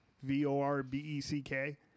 v-o-r-b-e-c-k